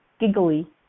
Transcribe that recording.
giggly